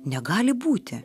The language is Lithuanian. negali būti